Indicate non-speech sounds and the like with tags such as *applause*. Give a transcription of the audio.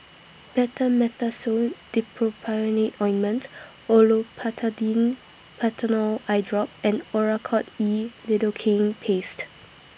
Betamethasone Dipropionate *noise* Ointment Olopatadine Patanol Eyedrop and Oracort E *noise* Lidocaine Paste